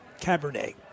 Cabernet